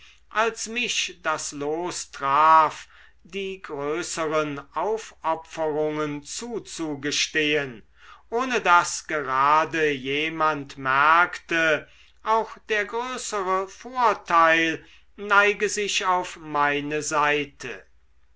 als mich das los traf die größeren aufopferungen zuzugestehen ohne daß gerade jemand merkte auch der größere vorteil neige sich auf meine seite